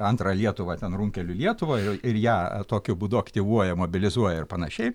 antrą lietuvą ten runkelių lietuvą ir ją tokiu būdu aktyvuoja mobilizuoja ir panašiai